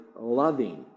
loving